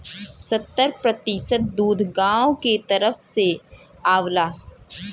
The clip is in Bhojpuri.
सत्तर प्रतिसत दूध गांव के तरफ से आवला